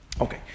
Okay